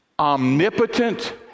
omnipotent